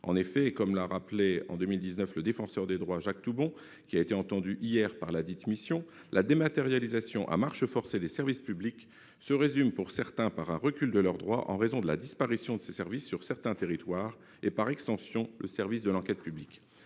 En effet, comme l'a rappelé en 2019 le Défenseur des droits, Jacques Toubon- celui-ci a d'ailleurs été auditionné hier par ladite mission -, la dématérialisation à marche forcée des services publics se résume, pour certains citoyens, à un recul de leurs droits, en raison de la disparition de ces services sur certains territoires. Cela vaut, par extension, pour le service de l'enquête publique.